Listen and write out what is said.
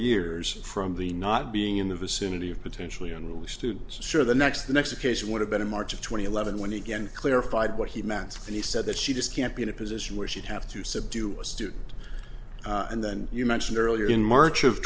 years from the not being in the vicinity of potentially unruly students sure the next the next occasion would have been in march of two thousand and eleven when he again clarified what he meant and he said that she just can't be in a position where she'd have to subdue a student and then you mentioned earlier in march of